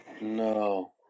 no